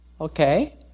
Okay